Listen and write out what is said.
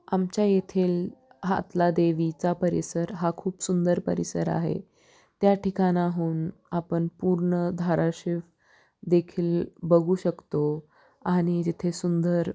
आमच्या येथील हातला देवीचा परिसर हा खूप सुंदर परिसर आहे त्या ठिकाणाहून आपन पूर्ण धाराशिव देखील बघू शकतो आणि जिथे सुंदर